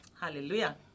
Hallelujah